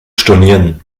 stornieren